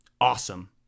awesome